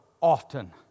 often